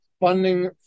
funding